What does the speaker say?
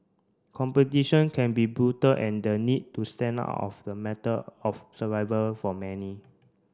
competition can be brutal and the need to stand out of the matter of survival for many